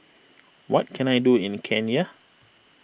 what can I do in Kenya